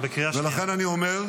ולכן אני אומר,